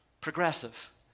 progressive